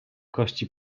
kości